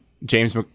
James